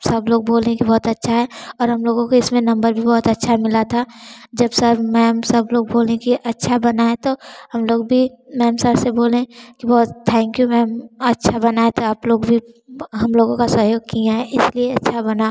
सब लोग बोल रहे कि बहुत अच्छा है और हम लोगों के इसमें नंबर भी बहुत अच्छा मिला था जब सर मैम सब लोग बोले कि अच्छा बना है तो हम लोग भी मैम सर से बोले कि थैंक यू मैम अच्छा बना है तो आप लोग भी हम लोगों का सहयोग किया इसलिए अच्छा बना